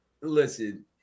listen